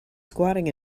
squatting